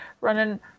running